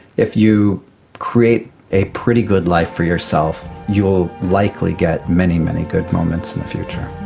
if you create a pretty good life for yourself, you will likely get many, many good moments in the future.